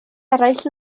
eraill